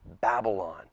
Babylon